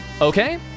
okay